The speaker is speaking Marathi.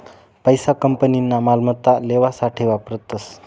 पैसा कंपनीना मालमत्ता लेवासाठे वापरतस